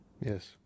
Yes